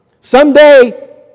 Someday